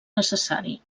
necessari